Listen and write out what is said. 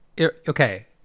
Okay